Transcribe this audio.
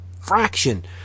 fraction